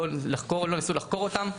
לא ניסו לחקור אותם,